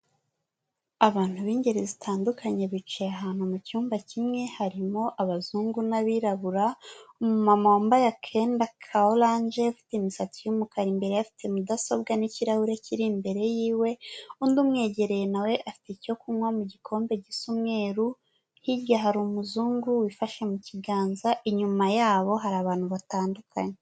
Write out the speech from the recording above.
Abantu b'ingeri zitandukanye biciye ahantu mu cyumba kimwe, harimo abazungu n'abirabura, umumama wambaye akenda ka oranje ufite imisatsi y'umukara, imbere afite mudasobwa n'ikirahure kiri imbere yiwe, undi umwegereye na we afite icyo kunywa mu gikombe gisa umweru, hirya hari umuzungu wifashe mu kiganza, inyuma yabo hari abantu batandukanye.